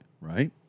Right